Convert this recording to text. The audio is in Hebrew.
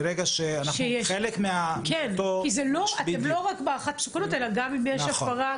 אתם לא רק בהערכת מסוכנות אלא גם אם יש הפרה.